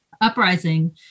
uprising